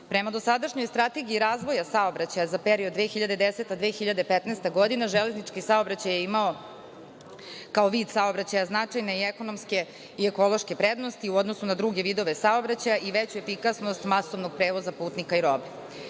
dosadašnjoj Strategiji razvoja saobraćaja za period 2010-2015. godina, železnički saobraćaj je imao, kao vid saobraćaja značajne i ekonomske i ekološke vrednosti u odnosu na druge vidove saobraćaja i veću efikasnost masovnog prevoza putnika i